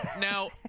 Now